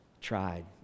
tried